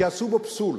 כי עשו בו שימוש פסול.